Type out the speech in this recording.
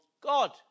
God